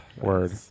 Word